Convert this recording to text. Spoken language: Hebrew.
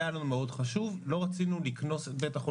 סעיף בעייתי שהיה אמור להיות מותאם למציאות בעייתית.